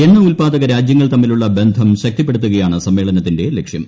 എണ്ണ ഉൽപ്പാദക രാജ്യങ്ങൾ തമ്മിലുള്ള ബന്ധം ശക്തിപ്പെടുത്തുകയാണ് സമ്മേളനത്തിന്റെ ലക്ഷ്യം